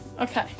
Okay